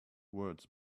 words